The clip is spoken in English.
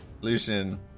Lucian